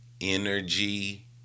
energy